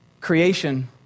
Creation